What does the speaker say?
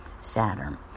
Saturn